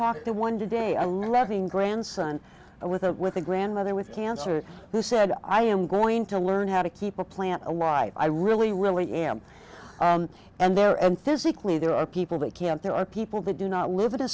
talked to one day i left in grandson with a with a grandmother with cancer who said i am going to learn how to keep a plant alive i really really am and there am physically there are people that can't there are people who do not live in a